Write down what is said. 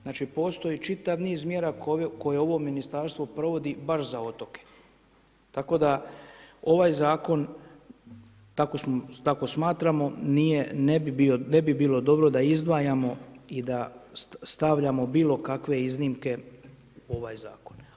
Znači postoji čitav niz mjere koje ovo ministarstvo provodi baš za otoke tako da ovaj zakon, tako smatramo, ne bi bilo dobro da izdvajamo i da stavljamo bilokakve iznimke u ovaj zakon.